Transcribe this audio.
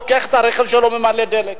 לוקח את הרכב שלו וממלא דלק.